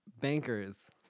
Bankers